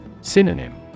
Synonym